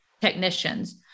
technicians